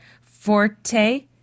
Forte